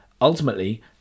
Ultimately